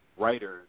writers